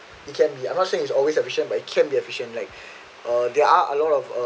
it can be I'm not saying it's always efficient but it can be efficiently like uh there are a lot of uh